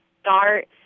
start